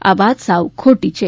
આ વાત સાવ ખોટી છે